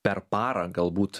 per parą galbūt